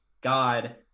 god